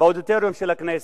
באודיטוריום של הכנסת.